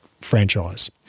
franchise